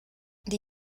die